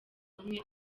rumwe